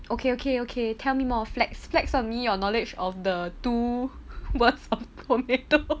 okay okay okay tell me more flex flex on me your knowledge of the two words of tomato